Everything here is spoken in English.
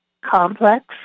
complex